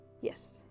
Yes